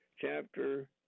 chapter